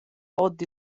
ord